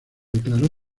declaró